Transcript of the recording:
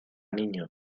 niño